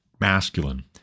masculine